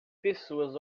pessoas